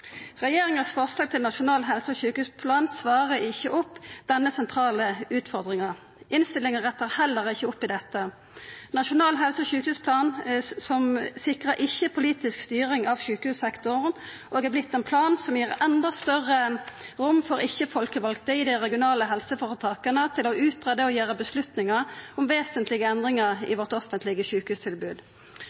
Regjeringas forslag til nasjonal helse- og sjukehusplan svarar ikkje på denne sentrale utfordringa. Innstillinga rettar heller ikkje opp i dette. Nasjonal helse- og sjukehusplan sikrar ikkje politisk styring av sjukehussektoren og har vorte ein plan som gir endå større rom for ikkje-folkevalde i dei regionale helseføretaka til å greia ut og ta avgjerder om vesentlege endringar i vårt offentlege sjukehustilbod.